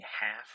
Half